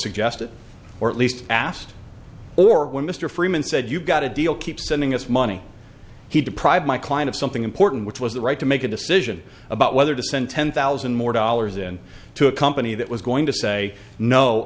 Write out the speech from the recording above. suggested or at least asked or when mr freeman said you got a deal keep sending us money he deprived my client of something important which was the right to make a decision about whether to send ten thousand more dollars in to a company that was going to say no